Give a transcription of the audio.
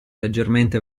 leggermente